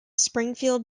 springfield